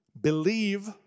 Believe